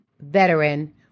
veteran